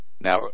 Now